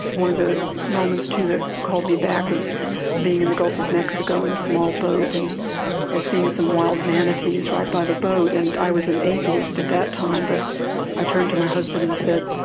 one of the moments, too, that called me back was being in the gulf of mexico in a small boat and and seeing some wild manatees right by the boat. and i was an atheist at that time, but i turned to my husband and said,